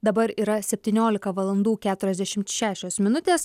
dabar yra septyniolika valandų keturiasdešimt šešios minutės